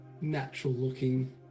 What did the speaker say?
natural-looking